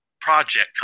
project